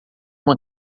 uma